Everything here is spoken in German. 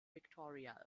victoria